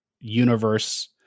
universe